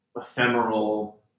ephemeral